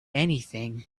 anything